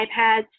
iPads